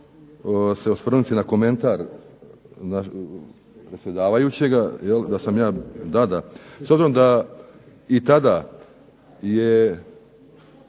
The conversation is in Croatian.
se osvrnuti na komentar predsjedavajućega da sam ja, s obzirom da i tada je